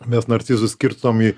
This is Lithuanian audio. mes narcizus skirstom į